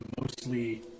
mostly